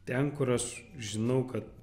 ten kur aš žinau kad